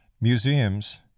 museums